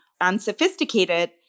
unsophisticated